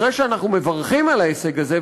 אחרי שאנחנו מברכים על ההישג הזה,